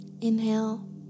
Inhale